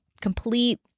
complete